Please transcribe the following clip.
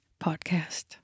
podcast